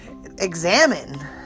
examine